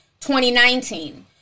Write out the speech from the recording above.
2019